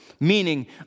Meaning